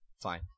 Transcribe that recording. Fine